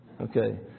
okay